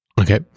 Okay